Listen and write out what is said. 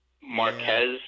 Marquez